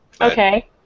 okay